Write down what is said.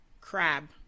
crab